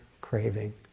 craving